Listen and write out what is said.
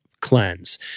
cleanse